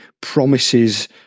promises